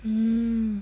mm